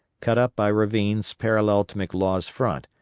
cut up by ravines parallel to mclaws' front,